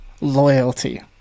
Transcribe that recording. loyalty